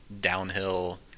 downhill